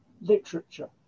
literature